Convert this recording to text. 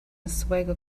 oswego